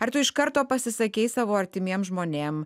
ar tu iš karto pasisakei savo artimiem žmonėm